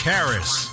Harris